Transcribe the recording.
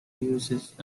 uses